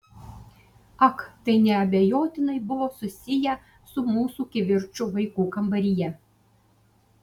ak tai neabejotinai buvo susiję su mūsų kivirču vaikų kambaryje